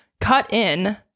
cut-in